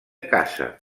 casa